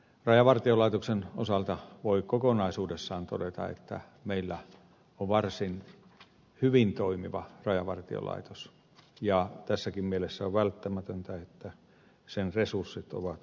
rajavartiolaitoksen osalta voi kokonaisuudessaan todeta että meillä on varsin hyvin toimiva rajavartiolaitos ja tässäkin mielessä on välttämätöntä että sen resurssit ovat turvatut